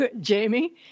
Jamie